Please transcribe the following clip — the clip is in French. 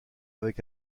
avec